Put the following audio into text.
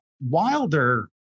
Wilder